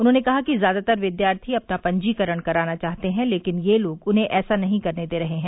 उन्होंने कहा कि ज्यादातर विद्यार्थी अपना पंजीकरण कराना चाहते हैं लेकिन ये लोग उन्हें ऐसा नहीं करने दे रहे हैं